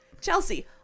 chelsea